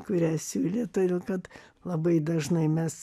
kurią siūlė todėl kad labai dažnai mes